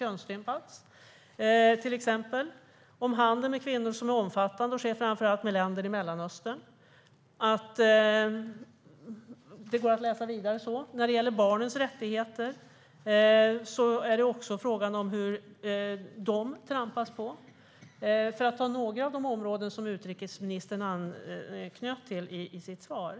Jag läser om den omfattande handel med kvinnor som sker framför allt med länder i Mellanöstern. Det finns mer att läsa här. När det gäller barnens rättigheter handlar det också om hur de trampas på. Dessa är några av de områden som utrikesministern anknöt till i sitt svar.